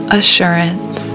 assurance